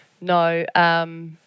no